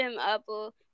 Apple